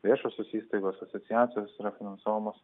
viešosios įstaigos asociacijos yra finansuojamos